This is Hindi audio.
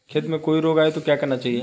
खेत में कोई रोग आये तो क्या करना चाहिए?